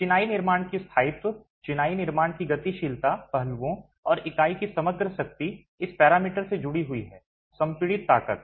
चिनाई निर्माण की स्थायित्व चिनाई निर्माण की गतिशीलता पहलुओं और इकाई की समग्र शक्ति इस पैरामीटर से जुड़ी हुई है संपीड़ित ताकत